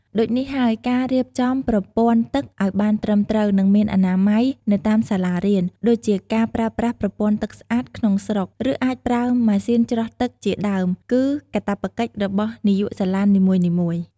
ដូចនេះហើយការរៀបចំប្រពន័្ធទឹកឲ្យបានត្រឹមត្រូវនិងមានអនាម័យនៅតាមសាលារៀន ដូចជាការប្រើប្រាស់ប្រពន្ធ័ទឺកស្អាតក្នុងស្រុក ឬអាចប្រើម៉ាសុីនច្រោះទឹកជាដើមគឺកាត្វកិច្ចរបស់នាយកសាលានីមួយៗ។